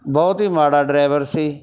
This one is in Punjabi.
ਬਹੁਤ ਹੀ ਮਾੜਾ ਡਰਾਇਵਰ ਸੀ